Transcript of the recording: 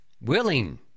willing